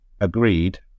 agreed